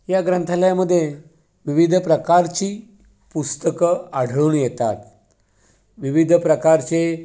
या ग्रंथालयामध्ये विविध प्रकारची पुस्तकं आढळून येतात विविध प्रकारचे